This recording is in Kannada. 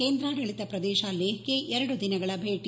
ಕೇಂದ್ರಾದಳಿತ ಪ್ರದೇಶ ಲೇಹ್ಗೆ ಎರಡು ದಿನಗಳ ಭೇಟಿ